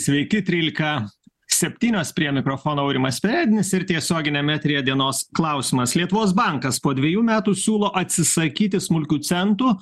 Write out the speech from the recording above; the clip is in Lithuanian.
sveiki trylika septynios prie mikrofono aurimas perednis ir tiesioginiam eteryje dienos klausimas lietuvos bankas po dvejų metų siūlo atsisakyti smulkių centų